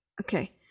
Okay